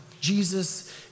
Jesus